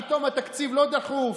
פתאום התקציב לא דחוף,